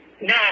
no